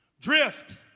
drift